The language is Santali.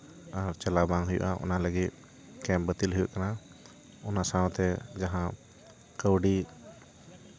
ᱟᱨ ᱪᱟᱞᱟᱣ ᱵᱟᱝ ᱦᱩᱭᱩᱜᱼᱟ ᱚᱱᱟ ᱞᱟᱹᱜᱤᱫ ᱠᱮᱵᱽ ᱵᱟᱹᱛᱤᱞ ᱦᱩᱭᱩᱜ ᱠᱟᱱᱟ ᱚᱱᱟ ᱥᱟᱶᱛᱮ ᱡᱟᱦᱟᱸ ᱠᱟᱹᱣᱰᱤ